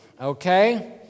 okay